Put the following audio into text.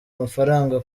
amafaranga